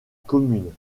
commune